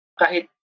kahit